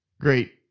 great